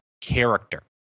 character